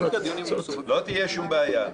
לא תהיה שום בעיה.